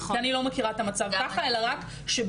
אני לא מכירה את המצב ככה אלא רק שבגלל